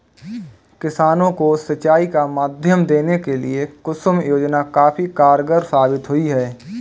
किसानों को सिंचाई का माध्यम देने के लिए कुसुम योजना काफी कारगार साबित हुई है